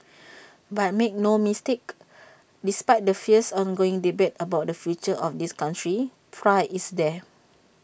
but make no mistake despite the fierce ongoing debate about the future of this country pride is there